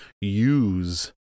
use